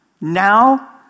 Now